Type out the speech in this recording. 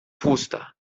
fusta